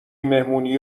مهمونی